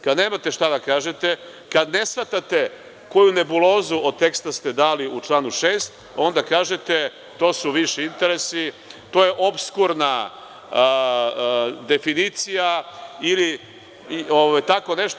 Kada nemate šta da kažete, kada ne shvatate koju nebulozu od teksta ste dali u članu 6, onda kažete – to su viši interesi, to opskurna definicija, ili tako nešto.